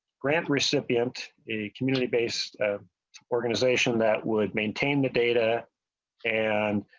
grant recipient a community-based organization that would maintain the data and.